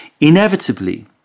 Inevitably